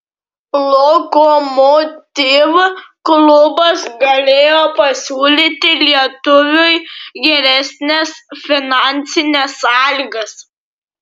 lokomotiv klubas galėjo pasiūlyti lietuviui geresnes finansines sąlygas